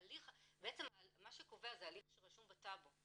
בעצם מה שקובע זה ההליך שרשום בטאבו.